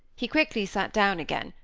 he quickly sat down again,